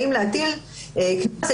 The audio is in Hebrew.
האם להטיל קנס,